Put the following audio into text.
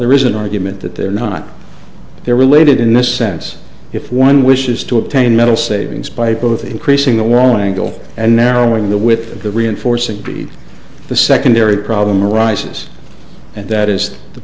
there is an argument that they're not they're related in this sense if one wishes to obtain metal savings by both increasing the warning goal and narrowing the width of the reinforcing breed the secondary problem arises and that is the